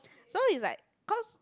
so is like cause